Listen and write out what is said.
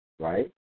right